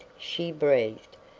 she breathed,